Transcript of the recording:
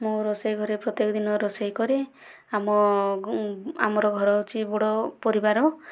ମୁଁ ରୋଷେଇ ଘରେ ପ୍ରତ୍ୟକ ଦିନ ରୋଷେଇ କରେ ଆମ ଆମର ଘର ହେଉଛି ବଡ଼ ପରିବାର